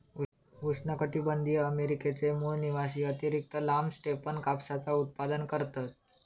उष्णकटीबंधीय अमेरिकेचे मूळ निवासी अतिरिक्त लांब स्टेपन कापसाचा उत्पादन करतत